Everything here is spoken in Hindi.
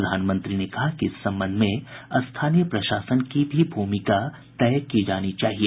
प्रधानमंत्री ने कहा कि इस संबंध में स्थानीय प्रशासन की भी भूमिका तय होनी चाहिए